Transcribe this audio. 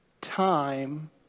time